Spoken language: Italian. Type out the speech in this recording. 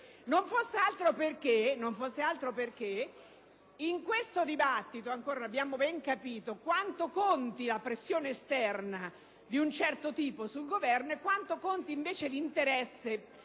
non fosse altro perche´ in questo dibattito non abbiamo ancora ben capito quanto conti la pressione esterna di un certo tipo sul Governo e quanto conti invece l’interesse